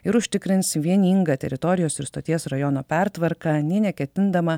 ir užtikrins vieningą teritorijos ir stoties rajono pertvarką nė neketindama